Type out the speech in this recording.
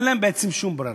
אין להם בעצם שום ברירה.